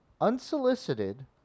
unsolicited